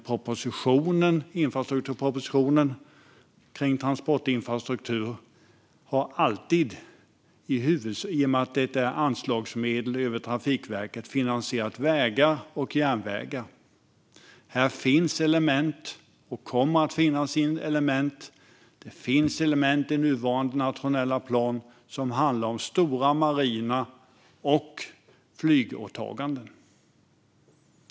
Propositionen om transportinfrastruktur har alltid, i och med att detta rör anslagsmedel till Trafikverket, finansierat vägar och järnvägar. Det finns element i den nuvarande nationella planen som handlar om stora marina åtaganden och flygåtaganden.